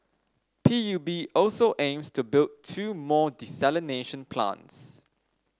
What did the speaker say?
P U B also aims to build two more desalination plants